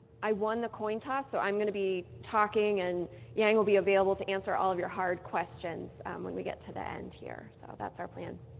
i won the coin toss so i'm going to be talking and yang will be available to answer all of your hard questions when we get to the end here. so that's our plan.